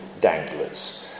danglers